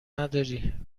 نداری